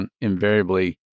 invariably